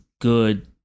good